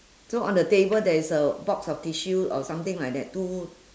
so on the table there is a box of tissue or something like that two